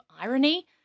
irony